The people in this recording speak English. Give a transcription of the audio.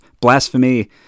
blasphemy